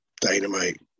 dynamite